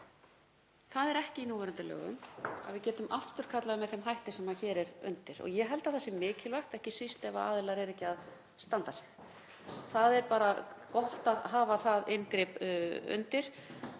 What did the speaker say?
Það er ekki í núverandi lögum að við getum afturkallað þau með þeim hætti sem hér er undir og ég held að það sé mikilvægt, ekki síst ef aðilar eru ekki að standa sig. Það er bara gott að hafa það inngrip undir.